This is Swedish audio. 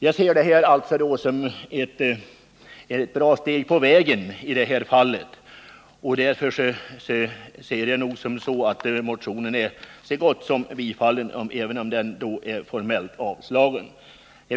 Jag ser det här som ett steg på vägen i detta fall, och därför anser jag att motionen är rätt långt bifallen, även om den är formellt avstyrkt.